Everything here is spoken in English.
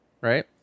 right